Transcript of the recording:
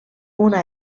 una